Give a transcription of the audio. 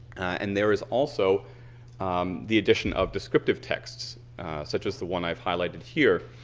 and there is also um the addition of descriptive texts such as the one i've highlighted here,